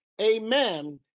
amen